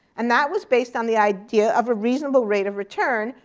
and that was based on the idea of a reasonable rate of return,